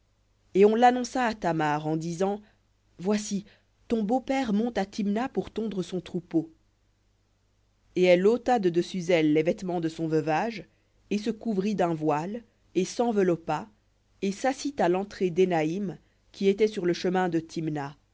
et on l'annonça à tamar en disant voici ton beau-père monte à thimna pour tondre son troupeau et elle ôta de dessus elle les vêtements de son veuvage et se couvrit d'un voile et s'enveloppa et s'assit à l'entrée d'énaïm qui était sur le chemin de thimna